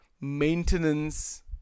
maintenance